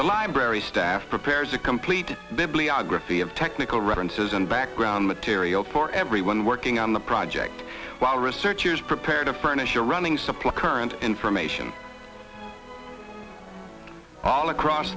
the library staff prepares a complete bibliography of technical references and background material for everyone working on the project while researchers prepare to furnish a running supply current information all across